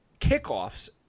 kickoffs